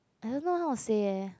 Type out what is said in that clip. I don't know how to say leh